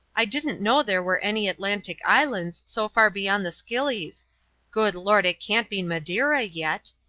i didn't know there were any atlantic islands so far beyond the scillies good lord, it can't be madeira, yet?